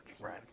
right